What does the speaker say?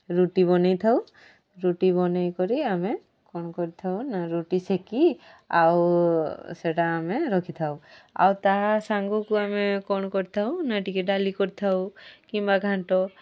ରୁଟି ବନାଇଥାଉ ରୁଟି ବନାଇକରି ଆମେ କ'ଣ କରିଥାଉ ନା ରୁଟି ସେକି ଆଉ ସେଟା ଆମେ ରଖିଥାଉ ଆଉ ତାହା ସାଙ୍ଗକୁ ଆମେ କ'ଣ କରିଥାଉ ନା ଟିକେ ଡାଲି କରିଥାଉ କିମ୍ବା ଘାଣ୍ଟ